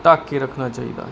ਢੱਕ ਕੇ ਰੱਖਣਾ ਚਾਹੀਦਾ ਹੈ